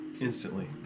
instantly